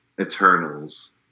Eternals